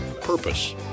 purpose